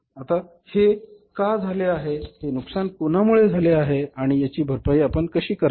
आता हे का झाले आहे हे नुकसान कोणामुळे झाले आहे आणि याची भरपाई आपण कशी करावी